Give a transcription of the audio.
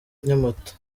nyamata